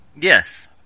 Yes